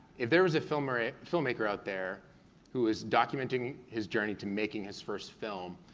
if there was a filmmaker a filmmaker out there who is documenting his journey to making his first film,